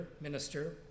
minister